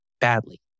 badly